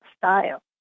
style